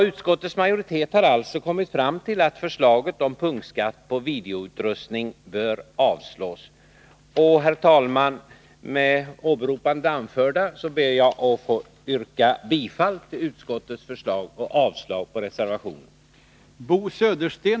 Utskottets majoritet har alltså kommit fram till att förslaget om punktskatt på videoutrustning bör avslås. Herr talman! Med åberopande av det anförda ber jag att få yrka bifall till utskottets förslag och avslag på reservationen.